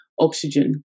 oxygen